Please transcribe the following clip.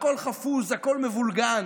הכול חפוז, הכול מבולגן.